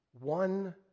One